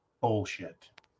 bullshit